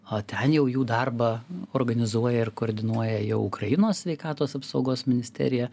o ten jau jų darbą organizuoja ir koordinuoja jau ukrainos sveikatos apsaugos ministerija